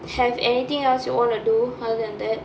have anything else you wanna do other than that